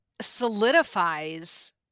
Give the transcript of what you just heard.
solidifies